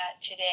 today